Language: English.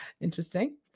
Interesting